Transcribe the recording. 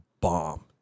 bomb